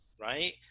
right